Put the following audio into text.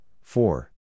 four